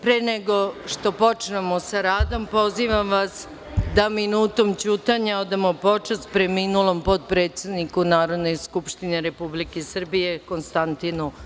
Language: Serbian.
Pre nego što počnemo sa radom, pozivam vas da minutom ćutanja odamo počast preminulom potpredsedniku Narodne skupštine Republike Srbije, Konstantinu